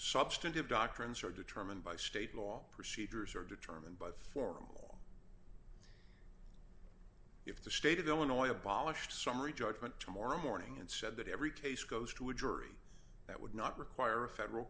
substantive doctrines are determined by state law procedures are determined by formal if the state of illinois abolished summary judgment to morrow morning and said that every case goes to a jury that would not require a federal